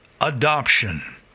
adoption